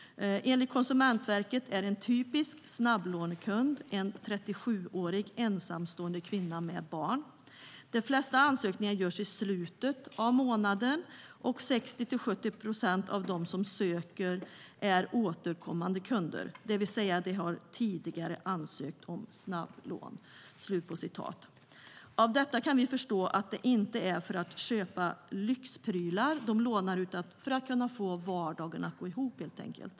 "Enligt Konsumentverket är en typisk snabblånekund en 37-årig ensamstående kvinna med barn. De flesta ansökningar görs i slutet av månaden och 60-70 procent av dem som söker är återkommande kunder, dvs. de har tidigare ansökt om snabblån." Av detta kan vi förstå att det inte är för att köpa lyxprylar de lånar utan helt enkelt för att kunna få vardagen att gå ihop.